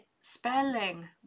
spelling